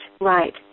right